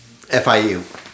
FIU